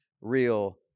real